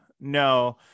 No